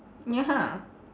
ya